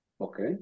Okay